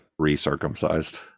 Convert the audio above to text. recircumcised